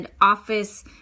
office